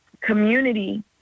community